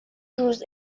روز